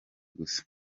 gusa